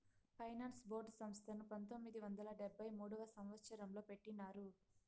finance board సంస్థను పంతొమ్మిది వందల డెబ్భై మూడవ సంవచ్చరంలో పెట్టినారు